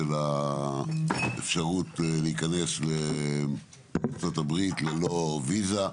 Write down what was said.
האפשרות להיכנס לארה"ב ללא ויזה.